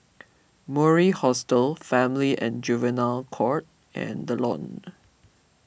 Mori Hostel Family and Juvenile Court and the Lawn